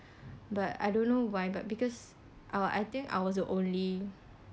but I don't know why but because I uh I think I was the only